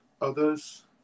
others